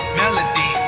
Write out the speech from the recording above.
melody